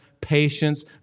patience